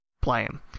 playing